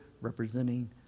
representing